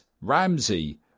Ramsey